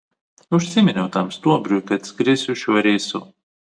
užsiminiau tam stuobriui kad skrisiu šiuo reisu